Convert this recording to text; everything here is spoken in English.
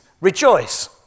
rejoice